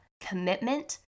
commitment